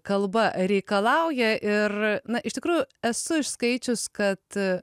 kalba reikalauja ir na iš tikrųjų esu išskaičius kad